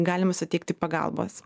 galima suteikti pagalbos